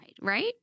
right